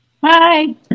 Bye